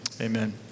amen